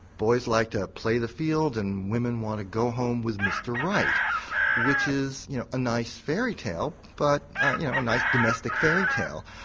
boys like to play the field and women want to go home with mr right which is you know a nice fairytale, but you know a nice domestic fairytale,